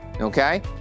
okay